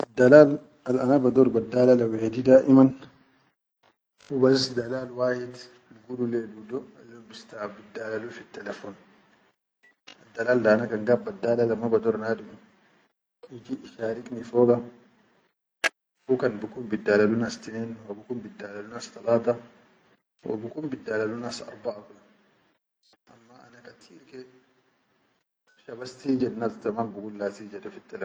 Al dalal al ana bador baddalala wahedi daleman hubas dalal wahid bigulu lai ya ludo al yom bil da lalu fil telefon, adalal kan ana baddalala ma bador nadum iji isharik ni foga hu kan bikun biddalalu nas tinen, bikun biddalalu nas talata wa bikun biddalalu nas arbaʼa kula amma ana kateer ke shaba rijenas zaman bi gulla cije da fi.